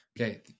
Okay